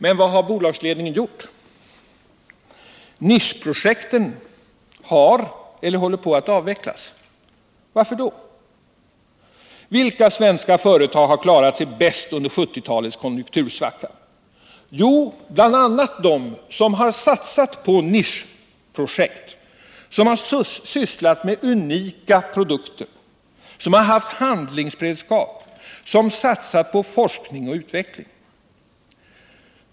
Men vad har bolagsledningen gjort? Nisch-projekten har avvecklats eller håller på att avvecklas. Varför? Vilka svenska företag har klarat sig bäst under 1970-talets konjunktursvacka? Jo, bl.a. de som satsat på nischprojekt, som sysslat med unika produkter, som haft handlingsberedskap, som satsat på forskning och utveckling.